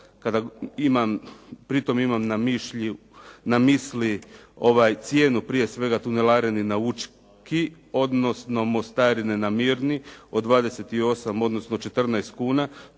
Pri tome imam na misli ovaj cijenu prije svega tunelarine na Učki, odnosno mostarine na Mirni, od 28, odnosno 14 kuna.